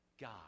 god